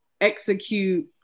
execute